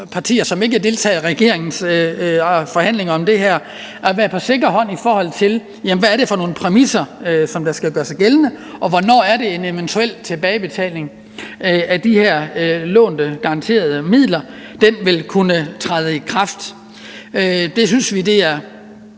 partier, som ikke deltager i regeringens forhandlinger om det her, at være på den sikre side, i forhold til hvad det er for nogle præmisser, der skal gøre sig gældende, og hvornår det er, at en eventuel tilbagebetaling af de her lånte garanterede midler vil kunne træde i kraft. Vi synes, det er